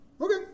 okay